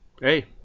hey